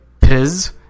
Piz